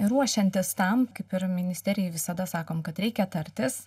ruošiantis tam kaip ir ministerijai visada sakom kad reikia tartis